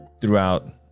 throughout